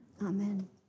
Amen